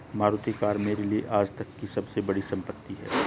Maruti car मेरे लिए आजतक की सबसे बड़ी संपत्ति है